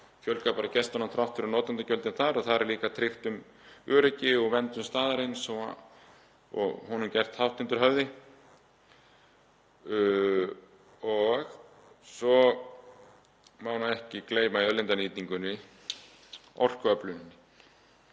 fjölgar bara gestunum þrátt fyrir notendagjöldin þar og þar er líka tryggt um öryggi og verndun staðarins og honum gert hátt undir höfði. Svo má ekki gleyma í auðlindanýtingunni orkuöfluninni.